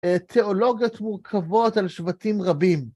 תיאולוגיות מורכבות על שבטים רבים.